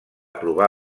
provar